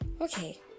okay